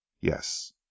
Yes